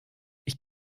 ich